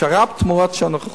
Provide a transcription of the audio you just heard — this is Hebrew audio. שר"פ תמורת שעון נוכחות.